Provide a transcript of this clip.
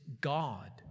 God